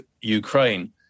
Ukraine